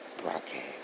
broadcast